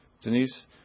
Denise